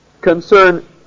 concern